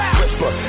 whisper